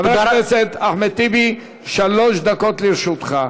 חבר הכנסת אחמד טיבי, שלוש דקות לרשותך.